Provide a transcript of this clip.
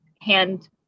hand